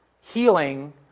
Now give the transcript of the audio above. healing